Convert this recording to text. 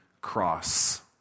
cross